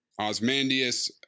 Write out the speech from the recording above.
Osmandius